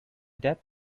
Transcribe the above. depp